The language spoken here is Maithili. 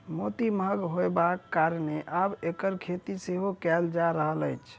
मोती महग होयबाक कारणेँ आब एकर खेती सेहो कयल जा रहल अछि